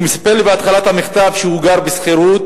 הוא מספר לי בהתחלת המכתב שהוא גר בשכירות